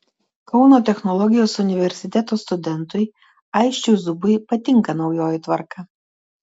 kauno technologijos universiteto studentui aisčiui zubui patinka naujoji tvarka